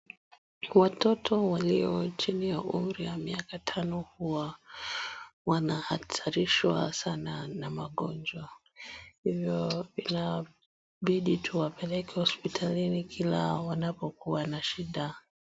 Watoto walio chini ya umri ya miaka tano huwa wanahatarishwa sana na magonjwa. Hivyo inabidi tuwapeleke hospitalini kila wanapokuwa na shida.